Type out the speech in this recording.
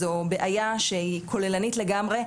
זאת היא בעיה שהיא כוללנית לגמרי,